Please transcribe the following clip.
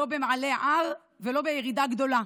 לא במעלה ההר ולא בירידה גדולה.